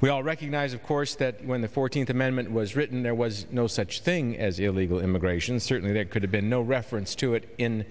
we all recognize of course that when the fourteenth amendment was written there was no such thing as illegal immigration certainly there could have been no reference to it in